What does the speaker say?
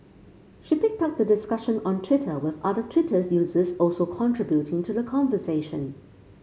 she picked up the discussion on Twitter with other Twitter users also contributing to the conversation